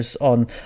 on